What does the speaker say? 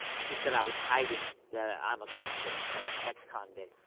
she said i was hiding that i'm a convict, or ex-convict,